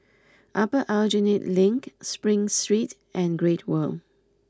Upper Aljunied Link Spring Street and Great World